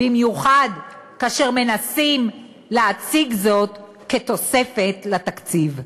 במיוחד כאשר מנסים להציג זאת כתוספת לתקציב.